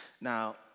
Now